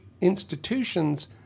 institutions